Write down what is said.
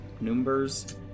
numbers